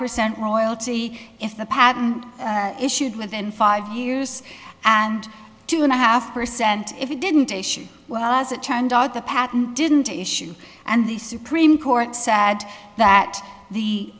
percent royalty if the patent issued within five years and two and a half percent if it didn't issue well as it turned out the patent didn't issue and the supreme court sat that the